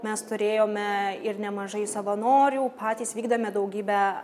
mes turėjome ir nemažai savanorių patys vykdėme daugybę